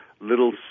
Little